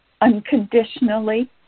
unconditionally